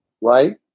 right